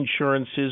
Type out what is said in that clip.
insurances